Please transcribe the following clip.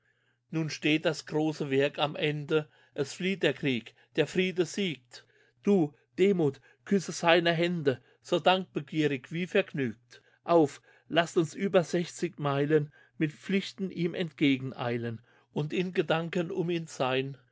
nun steht das große werk am ende es flieht der krieg der friede siegt du demuth küsse seine hände so dankbegierig wie vergnügt auf lasst uns über sechzig meilen mit pflichten ihm entgegen eilen und in gedanken um ihn sein